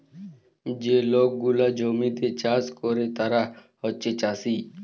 যে লক গুলা জমিতে চাষ ক্যরে তারা হছে চাষী